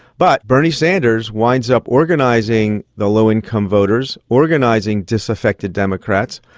but bernie sanders winds up organising the low income voters, organising disaffected democrats,